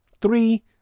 Three